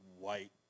white